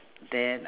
then